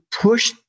push